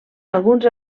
alguns